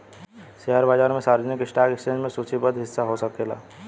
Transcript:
share बाजार में सार्वजनिक स्टॉक एक्सचेंज में सूचीबद्ध हिस्सा हो सकेला